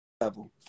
level